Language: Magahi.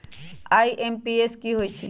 आई.एम.पी.एस की होईछइ?